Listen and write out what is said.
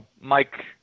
Mike